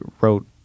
wrote